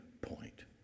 point